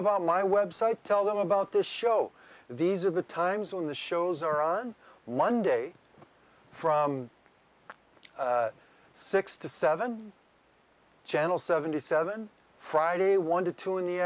about my website tell them about the show these are the times when the shows are on one day from six to seven channel seventy seven friday one to two in the